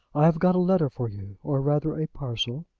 i have got a letter for you, or rather a parcel.